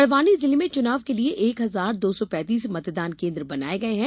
बड़वानी जिले में चुनाव के लिए एक हजार दो सौ पैतीस मतदान केन्द्र बनाये गये हैं